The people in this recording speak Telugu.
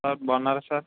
సార్ బాగున్నారా సార్